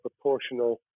proportional